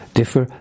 differ